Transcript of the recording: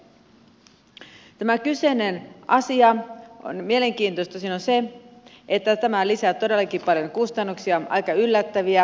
tässä kyseisessä asiassa mielenkiintoista on se että tämä lisää todellakin paljon aika yllättäviä kustannuksia